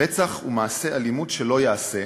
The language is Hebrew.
רצח הוא מעשה אלימות שלא ייעשה.